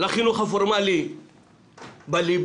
לחינוך הפורמלי בליבה,